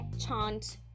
chant